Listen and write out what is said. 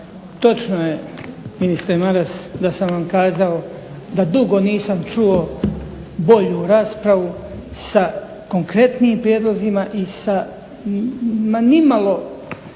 Točno je ministre Maras da sam vam kazao da dugo nisam čuo bolju raspravu sa konkretnijim prijedlozima i sa ma